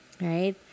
right